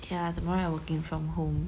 ya tomorrow I working from home